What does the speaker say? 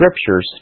scriptures